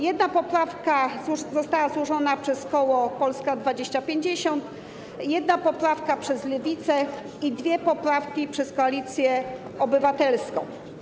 Jedna poprawka została złożona przez koło Polska 2050, jedna poprawka - przez Lewicę i dwie poprawki - przez Koalicję Obywatelską.